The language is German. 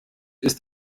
ist